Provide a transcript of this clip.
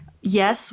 Yes